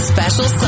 Special